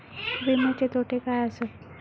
विमाचे तोटे काय आसत?